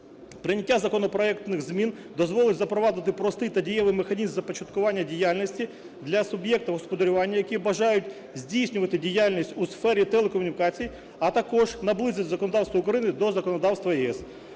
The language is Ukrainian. Прийняття законопроектних змін дозволить запровадити простий та дієвий механізм започаткування діяльності для суб'єкта господарювання, які бажають здійснювати діяльність у сфері телекомунікацій, а також наблизити законодавство України до законодавства ЄС.